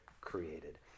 created